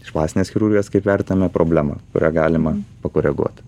iš plastinės chirurgijos kaip vertinameproblema kurią galima pakoreguot